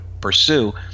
pursue